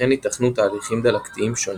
וכן ייתכנו תהליכים דלקתיים שונים.